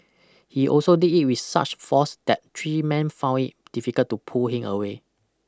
he also did it with such force that three men found it difficult to pull him away